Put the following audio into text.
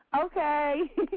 Okay